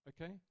okay